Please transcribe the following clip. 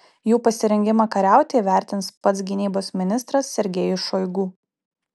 jų pasirengimą kariauti įvertins pats gynybos ministras sergejus šoigu